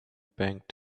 bank